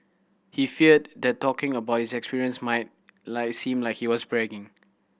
he feared that talking about his experiences might like seem like he was bragging